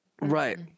Right